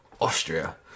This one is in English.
Austria